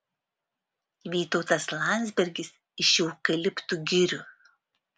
vytautas landsbergis iš eukaliptų girių